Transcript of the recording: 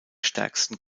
stärksten